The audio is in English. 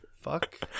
fuck